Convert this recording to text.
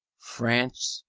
france,